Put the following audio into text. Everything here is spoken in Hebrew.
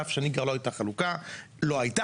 שנים לא היתה חלוקה של שקיות לא היתה